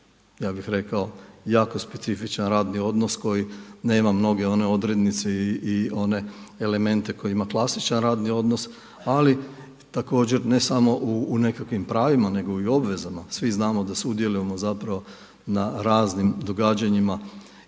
ja bih rekao jako specifičan radni odnos koji nema mnoge one odrednice i one elemente koje ima klasičan radni odnos. Ali također ne samo u nekakvim pravima nego i u obvezama. Svi znamo da sudjelujemo zapravo na raznim događanjima